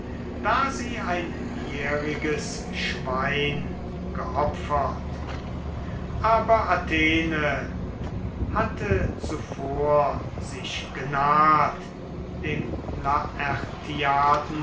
da sie ein jähriges schwein geopfert aber athene hatte zuvor sich genaht dem